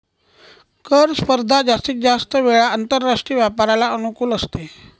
कर स्पर्धा जास्तीत जास्त वेळा आंतरराष्ट्रीय व्यापाराला अनुकूल असते